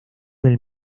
del